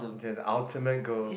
the ultimate goal